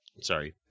sorry